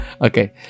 Okay